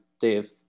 dave